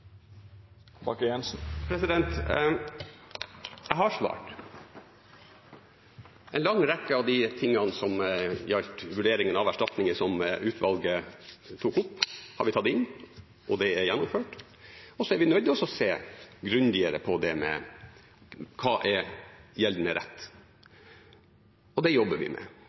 Jeg har svart. En lang rekke av de tingene som gjaldt vurderingen av erstatninger som utvalget tok opp, har vi tatt inn, og det er gjennomført. Så er vi nødt til å se grundigere på det med hva som er gjeldende rett. Og det jobber vi med.